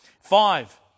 Five